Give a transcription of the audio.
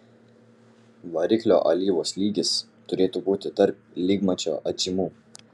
variklio alyvos lygis turėtų būti tarp lygmačio atžymų